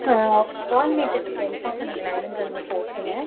ஆ கோஆர்டினேட்டர்கிட்ட இன்ஃபார்ம் பண்ணிங்களா எங்கே மிஸ் ஆயிருச்சுன்னு